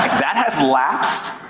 that has lapsed,